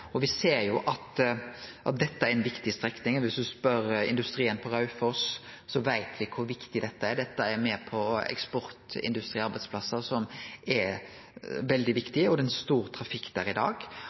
det. Vi ser at dette er ei viktig strekning. Viss vi spør industrien på Raufoss, veit vi kor viktig dette er. Dette er med på å gi eksportindustriarbeidsplassar, som er veldig